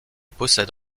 possède